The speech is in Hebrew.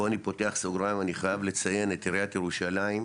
פה אני פותח סוגריים ואני חייב לציין את עיריית ירושלים,